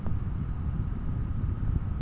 অল্প টাকা লোন নিলে কতো টাকা শুধ দিবার লাগে?